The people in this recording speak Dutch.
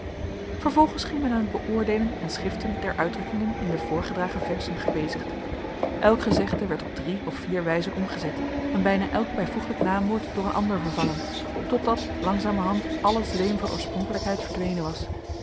vervolgens ging men aan het beoordeelen en schiften der uitdrukkingen in de voorgedragen verzen gebezigd elk gezegde werd op drie of vier wijzen omgezet en bijna elk bijvoeglijk naamwoord door een ander vervangen totdat langzamerhand alle zweem van oorspronkelijkheid verdwenen was